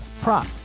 prop